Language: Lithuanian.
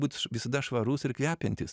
būt visada švarus ir kvepiantis